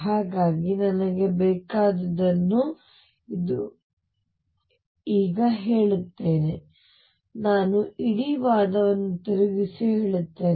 ಹಾಗಾಗಿ ನನಗೆ ಬೇಕಾದುದನ್ನು ಈಗ ಹೇಳುತ್ತೇನೆ ನಾನು ಇಡೀ ವಾದವನ್ನು ತಿರುಗಿಸಿ ಹೇಳುತ್ತೇನೆ